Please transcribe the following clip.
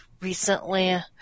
recently